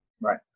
Right